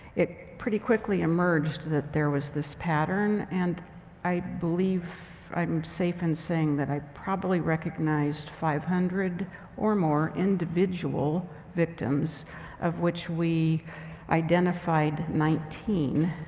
it pretty quickly emerged that there was this pattern. and i believe i'm safe in saying that i probably recognized five hundred or more individual victims of which we identified nineteen.